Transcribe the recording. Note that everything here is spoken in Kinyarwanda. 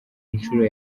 inshuro